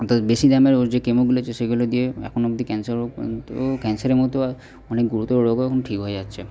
তো বেশি দামেরও যে কেমোগুলি আছে সেগুলো দিয়ে এখন অবধি ক্যানসার রোগ কিন্তু ক্যানসারের মতো আর অনেক গুরুতর রোগও এখন ঠিক হয়ে যাচ্ছে